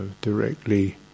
directly